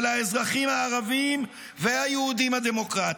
של האזרחים הערבים והיהודים הדמוקרטים,